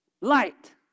light